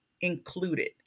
included